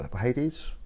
Hades